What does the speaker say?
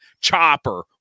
chopper